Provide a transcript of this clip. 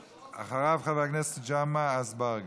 אחריו, חבר הכנסת ג'מעה אזברגה.